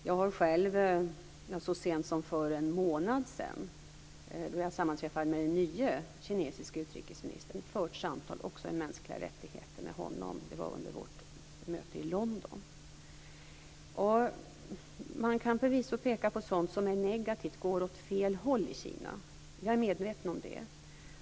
Jag har själv så sent som för en månad sedan fört samtal om mänskliga rättigheter med den nye kinesiske utrikesministern när vi sammanträffade vid ett möte i London. Man kan förvisso peka på sådant som är negativt, som går åt fel håll i Kina. Jag är medveten om det.